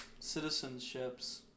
citizenships